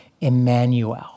Emmanuel